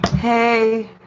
Hey